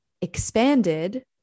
expanded